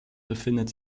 befindet